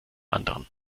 anderen